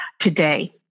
today